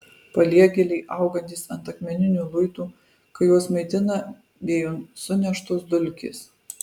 paliegėliai augantys ant akmeninių luitų kai juos maitina vėjo suneštos dulkės